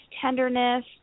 tenderness